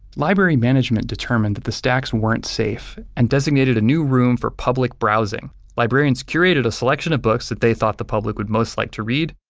library management determined that the stacks weren't safe and designated a new room for public browsing. librarians curated a selection of books that they thought the public would most like to read,